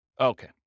Okay